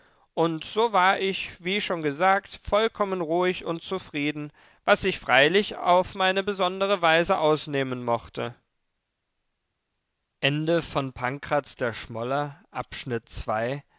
und so war ich wie schon gesagt vollkommen ruhig und zufrieden was sich freilich auf meine besondere weise ausnehmen mochte